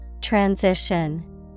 Transition